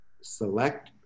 select